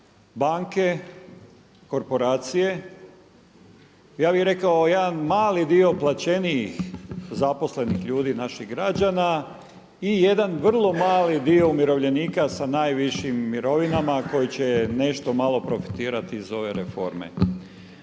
banke, korporacije, ja bih rekao jedan mali dio plaćenijih zaposlenih ljudi naših građana i jedan vrlo mali dio umirovljenika sa najvišim mirovinama koji će nešto malo profitirati iz ove reforme.